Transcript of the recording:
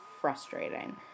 frustrating